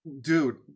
Dude